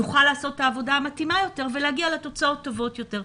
נוכל לעשות את העבודה המתאימה יותר ולהגיע לתוצאות טובות יותר.